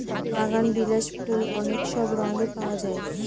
বাগানবিলাস ফুল অনেক সব রঙে পাওয়া যায়